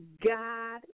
God